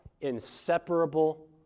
inseparable